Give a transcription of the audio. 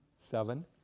seven?